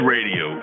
Radio